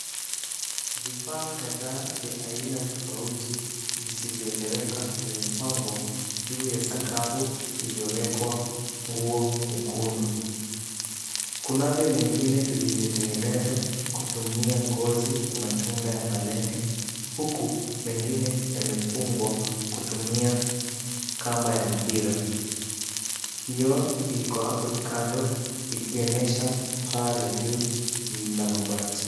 Vifaa kadhaa vya aina tofauti visivyoeleweka vimepangwa juu ya sakafu iliyowekwa nguo nyekundu. Kunavyo vingine vilivyotengenezwa kutumia ngozi ya matunda ya malenge huku mengine yamefungwa kutumia kamba ya mpira. Kioo iko hapo kando, ikionyesha paa la juu la mabati.